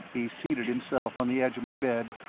he seated himself on the edge of my bed,